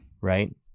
Right